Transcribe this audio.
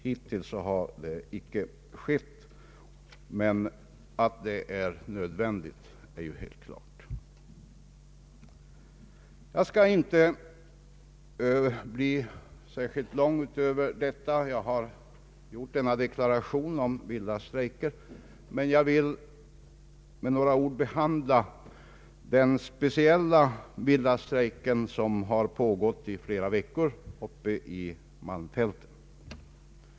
Hittills har det icke skett, men att det är nödvändigt är helt klart. Jag skall inte säga mycket utöver denna deklaration om vilda strejker. Men jag vill med några ord behandla den speciella vilda strejk som har pågått flera veckor uppe i malmfälten.